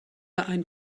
ein